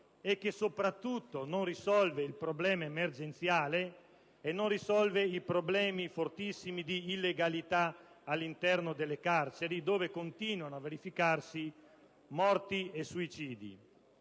e che - soprattutto - non risolve il problema emergenziale e i problemi fortissimi di illegalità all'interno delle carceri, dove continuano a verificarsi morti e suicidi.